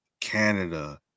Canada